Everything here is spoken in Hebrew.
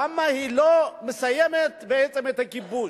למה היא לא מסיימת בעצם את הכיבוש,